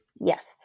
Yes